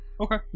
Okay